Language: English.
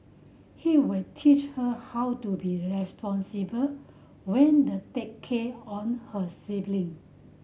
he will teach her how to be responsible when the take care on her sibling